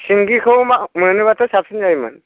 सिंगिखौ मोनोबाथ' साबसिन जायोमोन